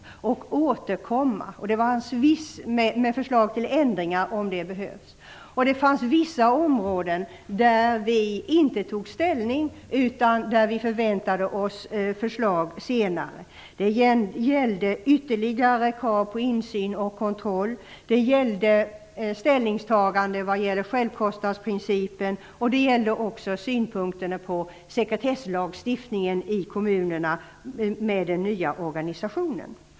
Det var självklart. Vi sade att man måste återkomma med förslag till ändringar om det skulle behövas. På vissa områden tog vi inte ställning; vi förväntade oss förslag senare. Det gällde ytterligare krav på insyn och kontroll, självkostnadsprincipen och sekretesslagstiftningen i kommunerna i och med den nya organisationen.